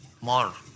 more